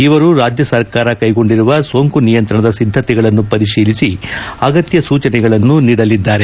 ಇವರು ರಾಜ್ಯ ಸರ್ಕಾರ ಕೈಗೊಂಡಿರುವ ಸೋಂಕು ನಿಯಂತ್ರಣದ ಸಿದ್ದತೆಗಳನ್ನು ಪರಿಶೀಲಿಸಿ ಅಗತ್ಯ ಸೂಚನೆಗಳನ್ನು ನೀಡಲಿದ್ದಾರೆ